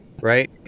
right